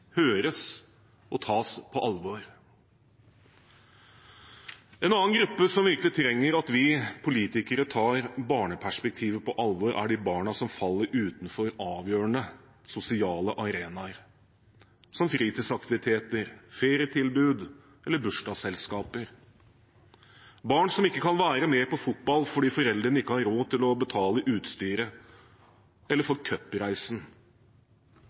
høres og tas på alvor. En annen gruppe som virkelig trenger at vi politikere tar barneperspektivet på alvor, er de barna som faller utenfor avgjørende sosiale arenaer, som fritidsaktiviteter, ferietilbud eller bursdagsselskaper, barn som ikke kan være med på fotball fordi foreldrene ikke har råd til å betale utstyret eller